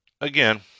Again